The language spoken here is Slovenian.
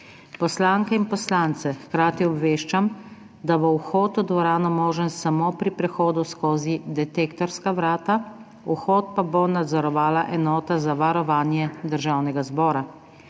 Poslanke in poslance hkrati obveščam, da bo vhod v dvorano možen samo pri prehodu skozi detektorska vrata, vhod pa bo nadzorovala enota za varovanje Državnega zbora.